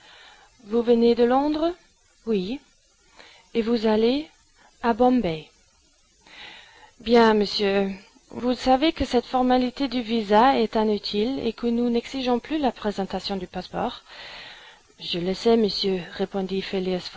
vous venez de londres oui et vous allez a bombay bien monsieur vous savez que cette formalité du visa est inutile et que nous n'exigeons plus la présentation du passeport je le sais monsieur répondit